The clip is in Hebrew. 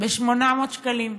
ב-800 שקלים.